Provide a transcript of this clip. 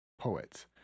poets